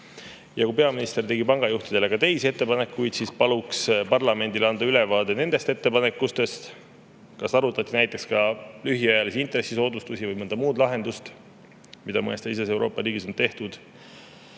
Ja kui peaminister tegi pangajuhtidele mingeid teisi ettepanekuid, siis paluks parlamendile anda ülevaade nendest ettepanekutest. Kas arutati näiteks ka lühiajalisi intressisoodustusi või mõnda muud lahendust, mida mõnes teises Euroopa riigis on tehtud?